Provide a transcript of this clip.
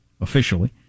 officially